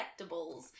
collectibles